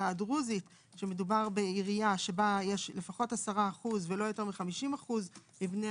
הדרוזית שמדובר בעירייה שבה יש לפחות 10% ולא יותר מ-50% מבני